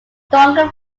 stronger